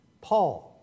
Paul